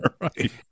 Right